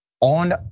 On